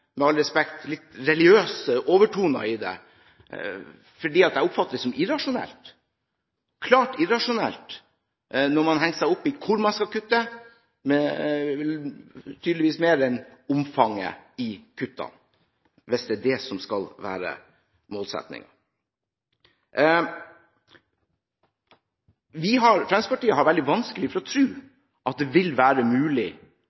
med all respekt, litt religiøse overtoner i det, for jeg oppfatter det som irrasjonelt, klart irrasjonelt, når man tydeligvis henger seg mer opp i hvor man skal kutte, enn i omfanget av kuttene. Fremskrittspartiet har veldig vanskelig for å tro at det vil være